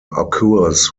occurs